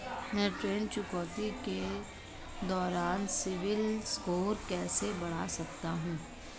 मैं ऋण चुकौती के दौरान सिबिल स्कोर कैसे बढ़ा सकता हूं?